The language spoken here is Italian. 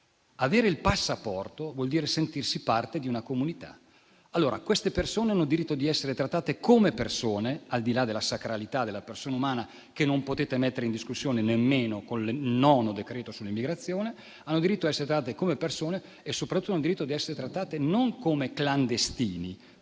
Avere il passaporto vuol dire sentirsi parte di una comunità. Queste persone hanno diritto di essere trattate come persone, al di là della sacralità della persona umana, che non potete mettere in discussione nemmeno con il nono decreto sull'immigrazione. Hanno diritto a essere trattate come persone e soprattutto il diritto ad essere trattate non come clandestini,